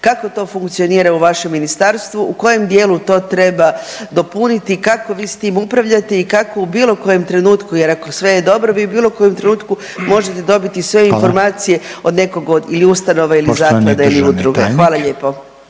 kako to funkcionira u vašem ministarstvu, u kojem dijelu to treba dopuniti i kako vi s tim upravljate i kako u bilo kojem trenutku jer ako sve je dobro vi u bilo kojem trenutku možete dobiti sve …/Upadica: Hvala./… informacije od nekog od ustanova ili zaklade ili udruge. Hvala lijepo.